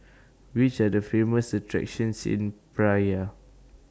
Which Are The Famous attractions in Praia